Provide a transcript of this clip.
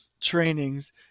trainings